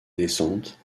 descente